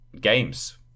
games